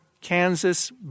Kansas